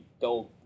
go